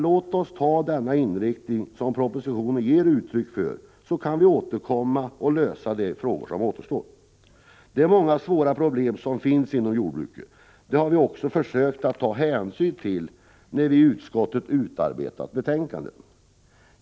Låt oss följa den inriktning som regeringen ger uttryck för i propositionen, så kan vi återkomma senare och lösa de frågor som återstår. Det finns många svåra problem inom jordbruket, och det har vi i utskottet försökt att ta hänsyn till när vi utarbetat betänkandet.